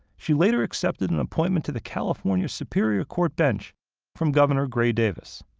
she later accepted an appointment to the california superior court bench from governor gray davis.